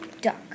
duck